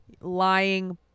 Lying